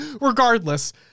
regardless